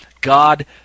God